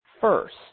first